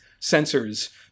sensors